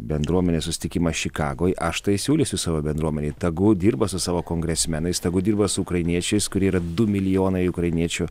bendruomenės susitikimas čikagoj aš tai siūlysiu savo bendruomenei tegu dirba su savo kongresmenais tegu dirba su ukrainiečiais kurie yra du milijonai ukrainiečių